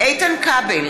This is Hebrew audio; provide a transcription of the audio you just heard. איתן כבל,